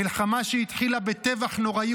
מלחמה שהתחילה בטבח נוראי